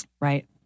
Right